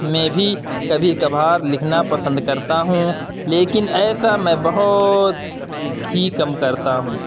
میں بھی کبھی کبھار لکھنا پسند کرتا ہوں لیکن ایسا میں بہت ہی کم کرتا ہوں